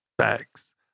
Facts